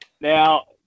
Now